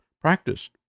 practiced